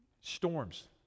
storms